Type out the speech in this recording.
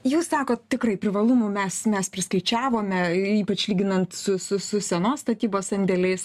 jūs sakot tikrai privalumų mes mes priskaičiavome ypač lyginant su su su senos statybos sandėliais